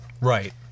Right